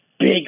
big